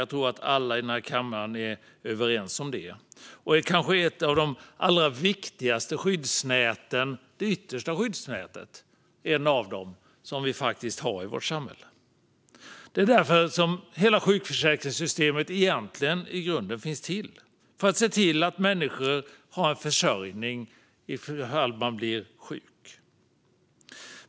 Jag tror att alla i denna kammare är överens om det. Det är kanske ett av de allra viktigaste skyddsnäten - ett av de yttersta skyddsnäten - som vi faktiskt har i vårt samhälle. Det är därför som hela sjukförsäkringssystemet egentligen i grunden finns till - för att se till att människor har en försörjning ifall de blir sjuka.